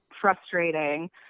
frustrating